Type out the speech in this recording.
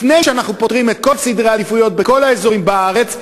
לפני שאנחנו פותרים את כל סדרי העדיפויות בכל האזורים בארץ,